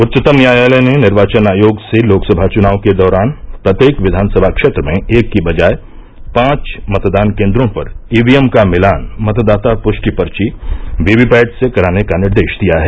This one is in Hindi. उच्चतम न्यायालय ने निर्वाचन आयोग से लोकसभा चुनाव के दौरान प्रत्येक विधानसभा क्षेत्र में एक की बजाय पांच मतदान केन्द्रों पर ईवीएम का मिलान मतदाता पुष्टि पर्वी वीवीपैट से कराने का निर्देश दिया है